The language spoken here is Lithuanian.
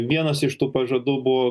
vienas iš tų pažadų buvo